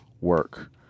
work